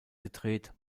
gedreht